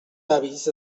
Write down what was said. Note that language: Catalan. avis